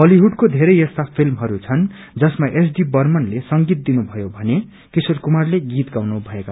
वलिवुडको धेरै यस्ता फिलमहरू छन् जसमा एस डी र्बमनले संगीत दिनु भयो भने किशोर कुमारले गीत गाउनु भयो